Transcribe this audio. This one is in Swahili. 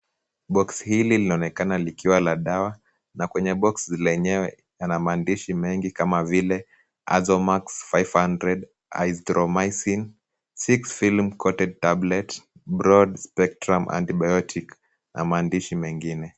Box hili linaonekana likiwa la dawa, na kwenye box lenyewe yana maandishi mengi kama vile Azomax five hundred, eyedromycin, six film-coated tablets, broad-spectrum antibiotic na maandishi mengine.